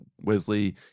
Wesley